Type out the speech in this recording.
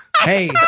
Hey